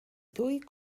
ddwy